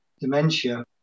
dementia